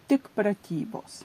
tik pratybos